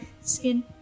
skin